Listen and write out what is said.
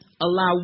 allow